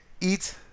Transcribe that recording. eat